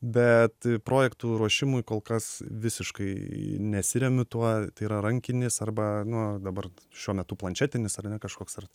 bet projektų ruošimui kol kas visiškai nesiremiu tuo tai yra rankinis arba nu dabar šiuo metu planšetinis ar ne kažkoks ar